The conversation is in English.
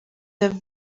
have